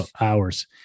Hours